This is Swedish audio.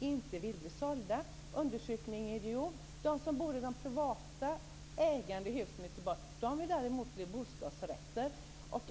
vill inte bli sålda. Den undersökningen är gjord. De som bor i de privat ägda husen i Göteborg vill däremot bli bostadsrätter.